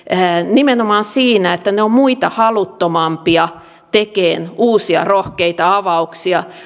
nimenomaan siinä että ne ovat muita haluttomampia tekemään uusia rohkeita avauksia